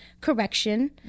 correction